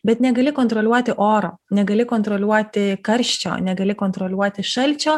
bet negali kontroliuoti oro negali kontroliuoti karščio negali kontroliuoti šalčio